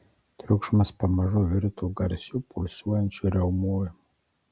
triukšmas pamažu virto garsiu pulsuojančiu riaumojimu